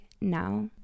now